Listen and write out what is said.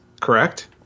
Correct